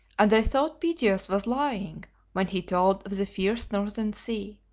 and they thought pytheas was lying when he told of the fierce northern sea.